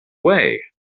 way